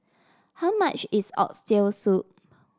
how much is Oxtail Soup